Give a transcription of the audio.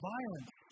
Violence